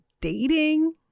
dating